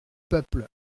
peuple